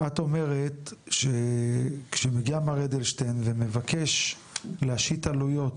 את אומרת שכשמגיע מר אדלשטיין ומבקש להשיט עליות